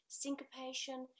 syncopation